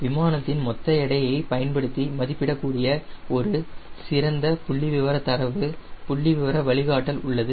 விமானத்தின் மொத்த எடை ஐ பயன்படுத்தி மதிப்பிடப்பட கூடிய ஒரு சிறந்த புள்ளிவிவர தரவு புள்ளிவிவர வழிகாட்டல் உள்ளது